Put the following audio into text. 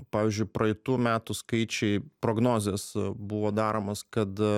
pavyzdžiui praeitų metų skaičiai prognozės buvo daromos kad